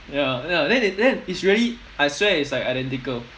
ya no then they then it's really I swear it's like identical